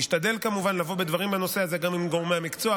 נשתדל כמובן לבוא בדברים בנושא הזה גם עם גורמי המקצוע,